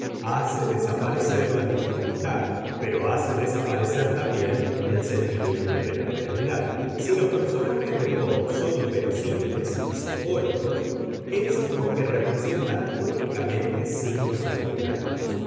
hace desaparecer la dificultad pero hace desaparecer también el sentimiento de la realidad si los personajes de poe son inverosímiles y simbólicos es porque representan únicamente signos algebraicos